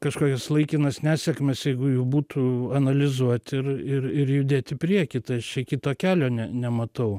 kažkokias laikinas nesėkmes jeigu jų būtų analizuot ir ir ir judėt į priekį tai aš čia kito kelio ne nematau